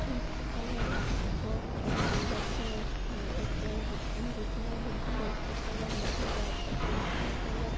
और उसका कलर बहुत ख़ूबसूरत है वह चाहे जितना भी धुलो उसका कलर नहीं जाता है उसका कलर